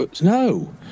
No